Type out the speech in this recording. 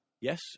Yes